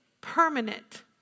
permanent